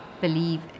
believe